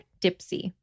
Dipsy